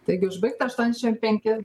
taigi užbaigta aštuoniasdešim penki